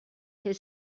fer